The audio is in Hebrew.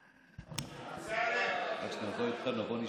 אמסלם, בוא נשמע,